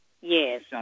Yes